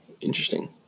Interesting